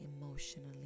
emotionally